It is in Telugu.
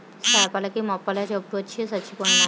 సేపల కి మొప్పల జబ్బొచ్చి సచ్చిపోయినాయి